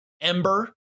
Ember